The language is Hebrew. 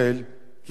ככנסת ישראל,